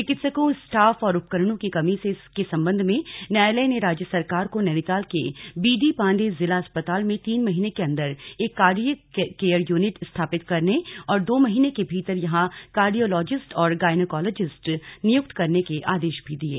चिकित्सकों स्टाफ और उपकरणों की कमी के संबंध में न्यायालय ने राज्य सरकार को नैनीताल के बी डी पांडे जिला अस्पताल में तीन महीने के अंदर एक कार्डियक केयर यूनिट स्थापित करने और दो महीने के भीतर यहां कार्डियोलॉजिस्ट और गायनेकोलॉजिस्ट नियुक्त करने के आदेश भी दिये